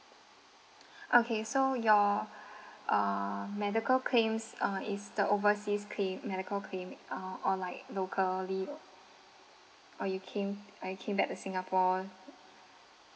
okay so your uh medical claims uh is the overseas claim medical claim uh or like locally or you came uh you came back to singapore